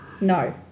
No